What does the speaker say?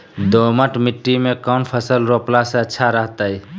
दोमट मिट्टी में कौन फसल रोपला से अच्छा रहतय?